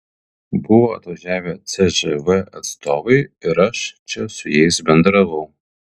buvo atvažiavę cžv atstovai ir aš čia su jais bendravau